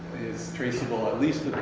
traceable at least